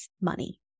money